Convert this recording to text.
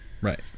right